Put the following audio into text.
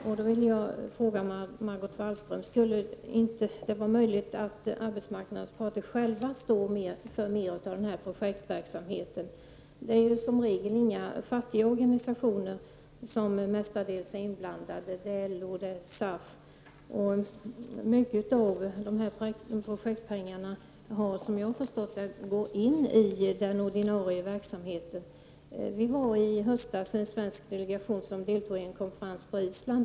Jag vill fråga Margot Wallström: Skulle det inte vara möjligt att arbetsmarknadens parter själva står för mer av den här projektverksamheten? Det är mestadels inga fattiga organisationer som är inblandade, det är LO och det är SAF. Som jag har förstått saken går en stor del av dessa projektpengar in i den ordinarie verksamheten. I höstas deltog en svensk delegation i en konferens på Island.